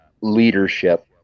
leadership